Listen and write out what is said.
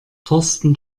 thorsten